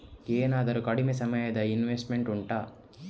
ಏನಾದರೂ ಕಡಿಮೆ ಸಮಯದ ಇನ್ವೆಸ್ಟ್ ಉಂಟಾ